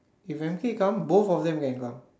if M_K come both of them can come